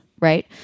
Right